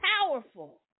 Powerful